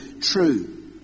true